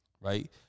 right